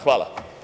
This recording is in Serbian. Hvala.